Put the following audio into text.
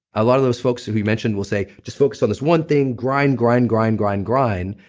a lot of those folks that you mentioned will say, just focus on this one thing, grind, grind, grind, grind, grind,